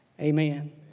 amen